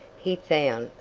he found,